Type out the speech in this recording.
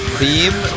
theme